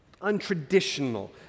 untraditional